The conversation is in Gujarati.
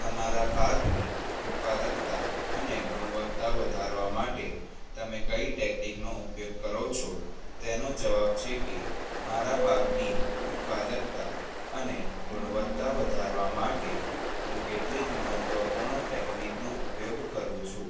તમારા પાકની ઉત્પાદકતા અને ગુણવત્તા વધારવા માટે તમે કઈ ટેકનિકનો ઉપયોગ કરો છો તેનો જવાબ છે કે મારા પાકની ઉત્પાદકતા અને ગુણવત્તા વધારવા માટે હું કેટલીક મહત્વપૂર્ણ ટેકનિકનો ઉપયોગ કરું છું